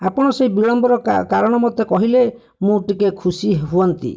ଆପଣ ସେ ବିଳମ୍ବର କାରଣ ମୋତେ କହିଲେ ମୁଁ ଟିକେ ଖୁସି ହୁଅନ୍ତି